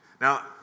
Now